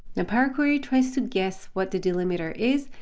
and power query tries to guess what the delimiter is,